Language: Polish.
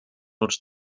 rocz